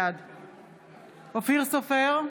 בעד אופיר סופר,